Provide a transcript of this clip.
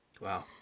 Wow